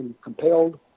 compelled